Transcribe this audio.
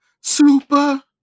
super